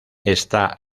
está